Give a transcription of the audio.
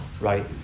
right